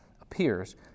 appears